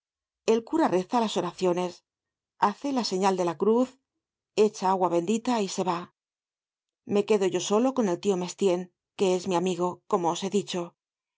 el cura reza las oraciones háce la señal de la cruz echa agua bendita y se va me quedo yo solo con el tio mestienne que es mi amigo como os he dicho